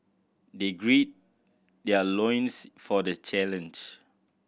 they gird their loins for the challenge